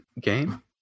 game